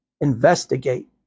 investigate